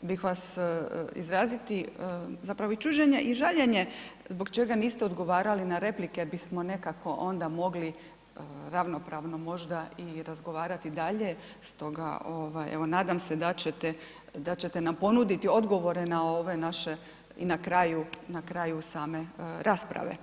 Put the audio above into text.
bih vas, izraziti zapravo i čuđenje i žaljenje zbog čega niste odgovarali na replike, bismo nekako onda mogli ravnopravno možda i razgovarati dalje, stoga evo nadam se da ćete nam ponuditi odgovore na ove naše i na kraju same rasprave.